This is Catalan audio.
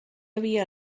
havia